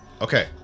Okay